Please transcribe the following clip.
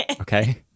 Okay